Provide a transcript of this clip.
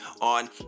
on